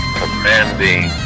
commanding